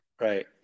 Right